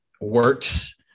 works